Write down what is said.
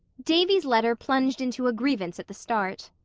davy's letter plunged into a grievance at the start.